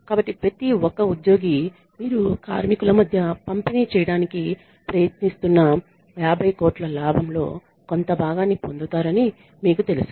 కాబట్టి ప్రతి ఒక్క ఉద్యోగి మీరు కార్మికుల మధ్య పంపిణీ చేయడానికి ప్రయత్నిస్తున్న 50 కోట్ల లాభంలో కొంత భాగాన్ని పొందుతారని మీకు తెలుసు